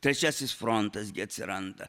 trečiasis frontas gi atsiranda